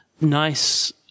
nice